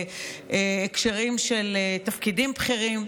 בהקשרים של תפקידים בכירים,